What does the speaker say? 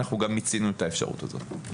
אנחנו גם מיצינו את האפשרות הזאת.